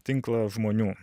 tinklą žmonių